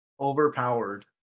overpowered